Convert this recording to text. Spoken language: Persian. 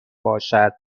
باشد